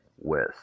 West